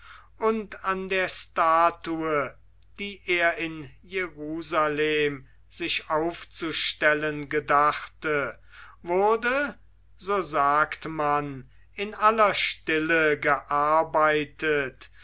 und an der statue die er in jerusalem sich aufzustellen gedachte wurde so sagt man in aller stille gearbeitet